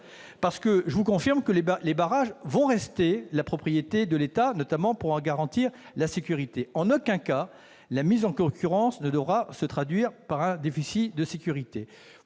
Je vous confirme en effet que les barrages vont rester la propriété de l'État, notamment pour en garantir la sécurité. En aucun cas la mise en concurrence ne devra se traduire par un déficit de sécurité.